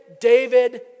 David